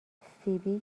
فیبی